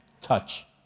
touch